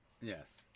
Yes